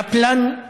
קפלן,